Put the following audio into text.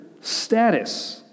status